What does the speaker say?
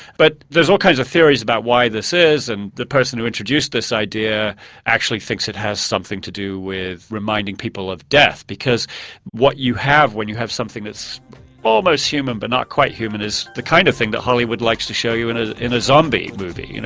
but there's all kinds of theories about why this is and the person who introduced this idea actually thinks it has something to do with reminding people of death because what you have when you have something that's almost human but not quite human is the kind of thing that hollywood likes to show you in ah in a zombie movie, you know,